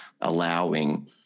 allowing